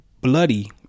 bloody